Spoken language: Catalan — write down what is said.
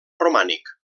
romànic